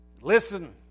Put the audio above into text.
Listen